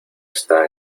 está